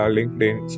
LinkedIn